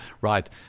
Right